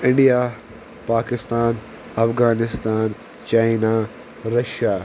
India Pakistan Afghanistan China Russia